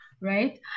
Right